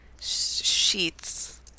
Sheets